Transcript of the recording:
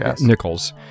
Nichols